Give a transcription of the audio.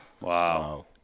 Wow